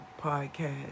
podcast